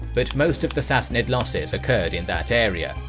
but most of the sassanid losses occurred in that area,